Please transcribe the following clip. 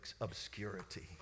obscurity